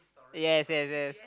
yes yes yes